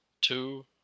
two